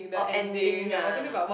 orh ending uh